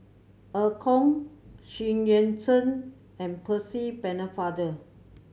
Eu Kong Xu Yuan Zhen and Percy Pennefather